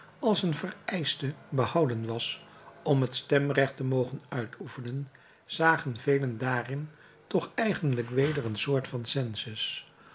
als een vereischte behouden was om het stemrecht te mogen uitoefenen zagen velen daarin toch eigenlijk weder een soort van census